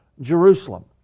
Jerusalem